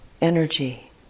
energy